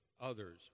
Others